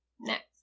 Next